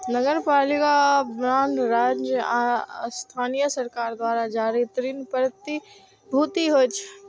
नगरपालिका बांड राज्य आ स्थानीय सरकार द्वारा जारी ऋण प्रतिभूति होइ छै